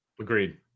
Agreed